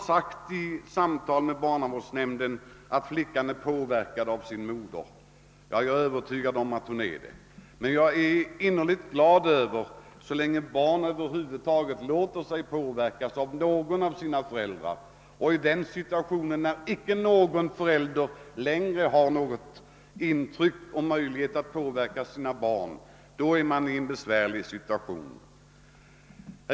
Vid samtal med barnavårdsnämnden har det framhållits att flickan är påverkad av sin mor, och jag är övertygad om att så är fallet. Men jag är innerligt glad över att barn över huvud taget låter sig påverkas av någon av sina föräldrar, ty när inte längre någon av föräldrarna har möjlighet att påverka barnen befinner man sig i en besvärlig situation.